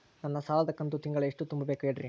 ನನ್ನ ಸಾಲದ ಕಂತು ತಿಂಗಳ ಎಷ್ಟ ತುಂಬಬೇಕು ಹೇಳ್ರಿ?